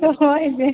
তো হয় যে